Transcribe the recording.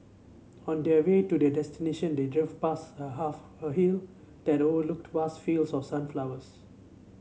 on their way to their destination they drove past a half a hill that overlooked vast fields of sunflowers